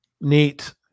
Neat